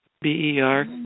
B-E-R